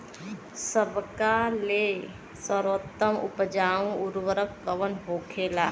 सबका ले सर्वोत्तम उपजाऊ उर्वरक कवन होखेला?